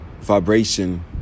vibration